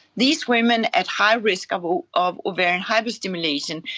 these women at high risk of ah of ovarian hyperstimulation,